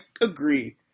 agree